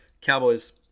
Cowboys